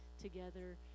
together